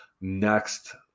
next